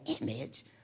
image